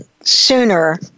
sooner